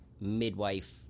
midwife